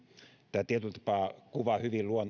tämä tietyllä tapaa kuvaa hyvin